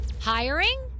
Hiring